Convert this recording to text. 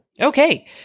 Okay